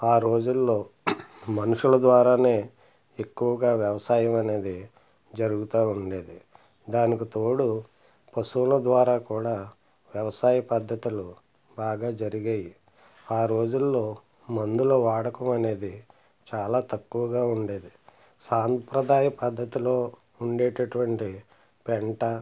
ఆ రోజుల్లో మనుషుల ద్వారానే ఎక్కువగా వ్యవసాయం అనేది జరుగుతు ఉండేది దానికి తోడు పశువుల ద్వారా కూడా వ్యవసాయ పద్ధతులు బాగా జరిగాయి ఆ రోజుల్లో మందుల వాడకం అనేది చాలా తక్కువగా ఉండేది సాంప్రదాయ పద్ధతిలో ఉండేటటువంటి పెంట